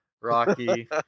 Rocky